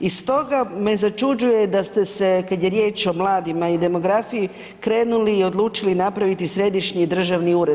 I stoga me začuđuje da ste se, kad je riječ o mladima i demografiji, krenuli i odlučili napraviti središnji državni ured.